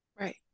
Right